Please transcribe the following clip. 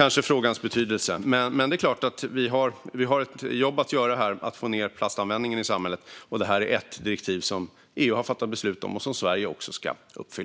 med frågans betydelse. Det är dock klart att vi har ett jobb att göra för att få ned plastanvändningen i samhället. Detta är ett direktiv som EU har fattat beslut om och som Sverige ska uppfylla.